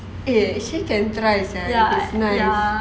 eh actually can try sia if it's nice